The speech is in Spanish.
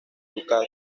ducado